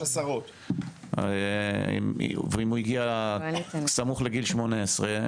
ואם הוא הגיע סמוך לגיל 18,